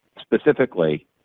Specifically